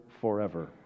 forever